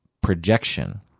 projection